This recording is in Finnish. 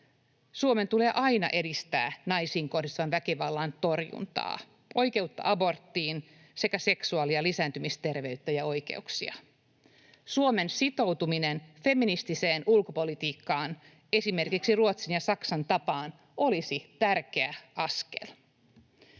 Suomen tulee aina edistää naisiin kohdistuvan väkivallan torjuntaa, oikeutta aborttiin sekä seksuaali‑ ja lisääntymisterveyttä ja ‑oikeuksia. Suomen sitoutuminen feministiseen ulkopolitiikkaan esimerkiksi Ruotsin ja Saksan tapaan olisi tärkeä askel.